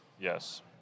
yes